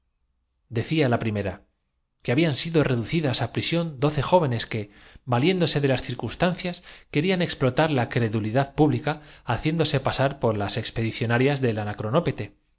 decía la primera que habían sido reducidas á prisión vincia de ilou nan nacía doce jóvenes que valiéndose de las circunstancias con los cabellos blancos querían explotar la credulidad pública haciéndose pa después de ochenta y un sar por las expedicionarias del